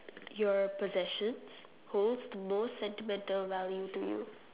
your possessions holds most sentimental value to you